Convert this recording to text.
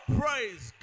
praise